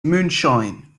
moonshine